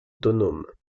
autonomes